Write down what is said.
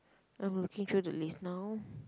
I'm looking through the list now